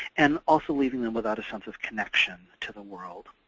and also leaving them without a sense of connection to the world.